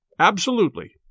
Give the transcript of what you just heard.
Absolutely